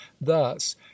thus